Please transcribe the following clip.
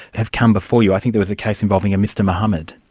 have come before you. i think there was a case involving a mr mohamed.